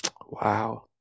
Wow